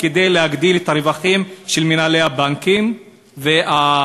כדי להגדיל את הרווחים של מנהלי הבנקים והבכירים,